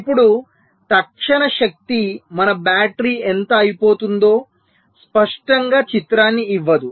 ఇప్పుడు తక్షణ శక్తి మన బ్యాటరీ ఎంత అయిపోతుందో స్పష్టంగా చిత్రాన్ని ఇవ్వదు